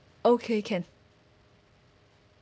okay can